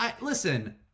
listen